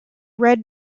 red